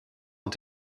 ont